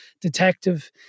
detective